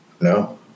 No